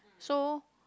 so